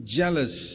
jealous